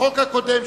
בחוק הקודם,